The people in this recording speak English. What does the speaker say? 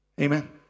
Amen